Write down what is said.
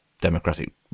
democratic